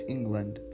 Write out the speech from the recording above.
England